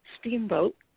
steamboat